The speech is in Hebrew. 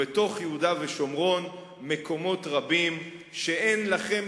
ביהודה ושומרון יש מקומות רבים שאין לכם